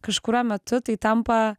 kažkuriuo metu tai tampa